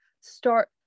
start